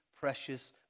precious